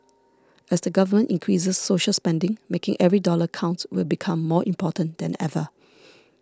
as the government increases social spending making every dollar count will become more important than ever